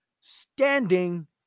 standing